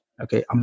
Okay